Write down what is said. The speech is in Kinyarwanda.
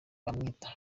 bamwita